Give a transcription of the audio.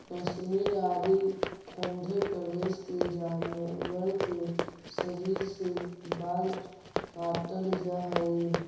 कश्मीर आदि ठण्ढे प्रदेश के जानवर के शरीर से बाल काटल जाऽ हइ